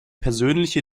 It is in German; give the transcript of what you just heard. persönliche